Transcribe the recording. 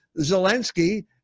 Zelensky